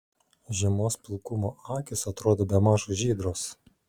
žiemos pilkumo akys atrodė bemaž žydros